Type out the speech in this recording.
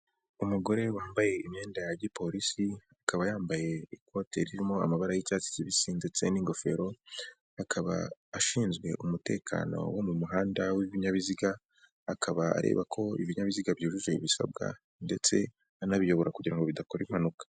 Umugore wambaye imyenda ya gipolisi, akaba yambaye ikote ririmo amabara y'icyatsi kibisi ndetse n'ingofero, akaba ashinzwe umutekano wo mu muhanda w'ibinyabiziga, akaba areba ko ibinyabiziga byujuje ibisabwa ndetse anabiyobora kugira ngo bidakora impanuka.